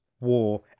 war